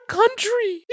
country